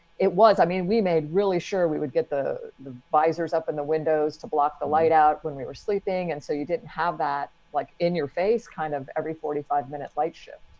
it was i mean, we made really sure we would get the the visors up and the windows to block the light out. when we were sleeping. and so you didn't have that like in your face kind of every forty five minutes, like shift.